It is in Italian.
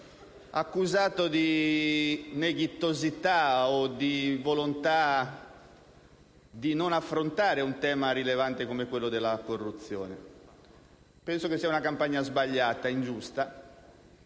accusato di neghittosità o di volontà di non affrontare un tema rilevante come quello della corruzione. Penso sia una campagna sbagliata, ingiusta,